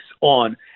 on